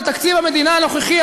בתקציב המדינה הנוכחי,